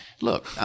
look